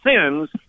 sins